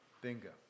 Bingo